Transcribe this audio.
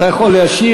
אתה יכול להשיב.